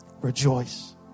rejoice